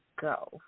go